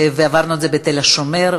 ועברנו את זה ב"תל השומר",